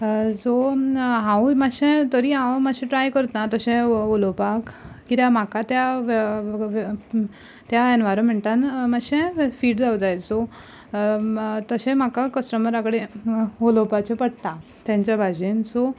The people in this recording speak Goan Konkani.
सो हांवूय मातशें तरीय हांव मातशें ट्राय करता तशें उलोवपाक कित्याक म्हाका त्या त्या एनवायर्मेंटान मातशें फीट जावंक जाय सो तशें म्हाका कस्टमरां कडेन उलोवपाचें पडटा तेंच्या भाशेन सो